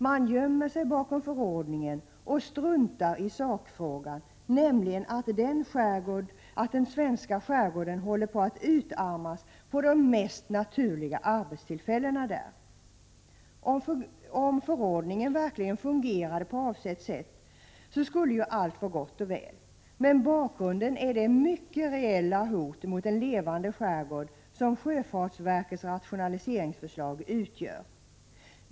Man gömmer sig bakom förordningen och struntar i sakfrågan om hur skärgården håller på att utarmas på de mest naturliga arbetstillfällena. Om förordningen verkligen fungerade på avsett sätt skulle ju allt vara gott och väl. Men bakgrunden är det mycket rejäla hot mot en levande skärgård som sjöfartsverkets rationaliseringsförslag utgör.